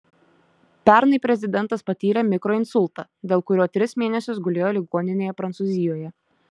pernai prezidentas patyrė mikroinsultą dėl kurio tris mėnesius gulėjo ligoninėje prancūzijoje